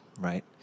Right